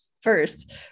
first